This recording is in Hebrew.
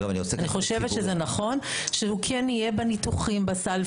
אני חושבת שזה נכון שהוא כן יהיה בניתוחים בסל.